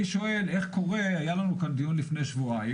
אני שואל איך קורה היה לנו כאן דיון לפני שבועיים